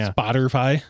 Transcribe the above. Spotify